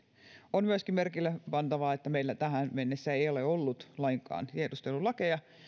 on myöskin merkille pantavaa että meillä tähän mennessä ei ole ollut lainkaan tiedustelulakeja